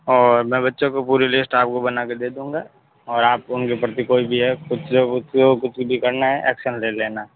और मैं बच्चों को पूरी लिस्ट आपको बनाके दे दूँगा और आपको उनके प्रति कोई भी है कुछ उसको कुछ भी करना है एक्शन ले लेना